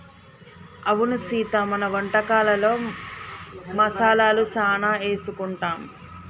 అవును సీత మన వంటకాలలో మసాలాలు సానా ఏసుకుంటాం